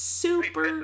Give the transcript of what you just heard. super